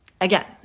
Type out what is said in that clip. Again